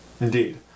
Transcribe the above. Indeed